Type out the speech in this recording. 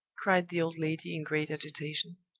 cried the old lady, in great agitation.